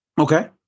Okay